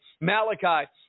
Malachi